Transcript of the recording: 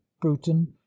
bruton